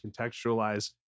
contextualize